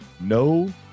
no